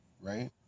right